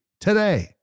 today